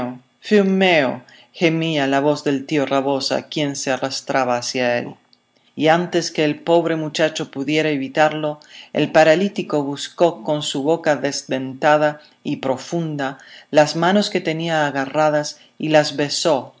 fill meu gemía la voz del tío rabosa quien se arrastraba hacia él y antes que el pobre muchacho pudiera evitarlo el paralítico buscó con su boca desdentada y profunda las manos que tenía agarradas y las besó